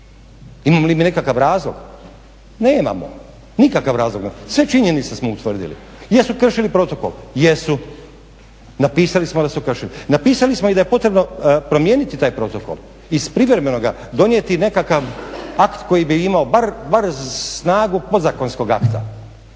Imamo li mi nekakav razlog? Nemamo. Nikakav razlog. Sve činjenice smo utvrdili. Jesu kršili protokol? Jesu. Napisali smo da su kršili. Napisali smo i da je potrebno promijeniti taj protokol iz privremenoga donijeti nekakav akt koji bi imao bar snagu podzakonskog akta,